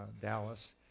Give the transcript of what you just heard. Dallas